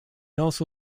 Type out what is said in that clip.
also